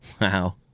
wow